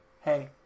Hey